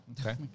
Okay